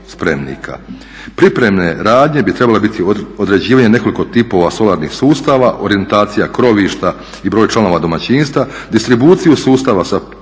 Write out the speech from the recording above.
Pripremne radnje bi trebale biti određivanje nekoliko tipova solarnih sustava, orijentacija krovišta i broj članova domaćinstva. Distribuciju sustava sa potpisivanjem